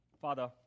Father